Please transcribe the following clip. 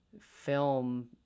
film